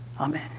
Amen